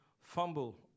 fumble